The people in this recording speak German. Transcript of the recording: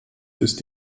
ist